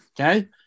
okay